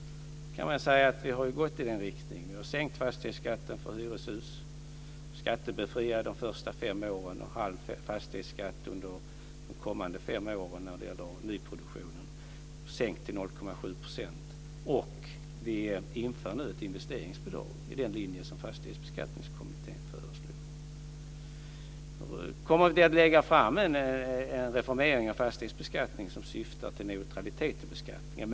Man kan säga att vi har gått i den riktningen. Vi har sänkt fastighetsskatten för hyreshus - skattebefrielse under de första fem åren och halv fastighetsskatt under de kommande fem åren när det gäller nyproduktionen. Vi har också sänkt fastighetsskatten till 0,7 %, och vi inför nu ett investeringsbidrag i linje med vad Fastighetsbeskattningskommittén föreslog. Vi kommer att lägga fram förslag om en reformering av fastighetsbeskattningen som syftar till neutralitet i beskattningen.